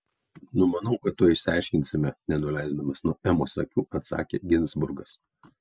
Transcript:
numanau kad tuoj išsiaiškinsime nenuleisdamas nuo emos akių atsakė ginzburgas